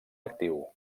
actiu